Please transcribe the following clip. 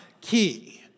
key